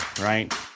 right